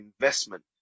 investment